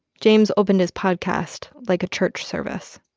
james opened his podcast like a church service